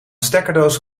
stekkerdoos